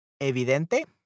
evidente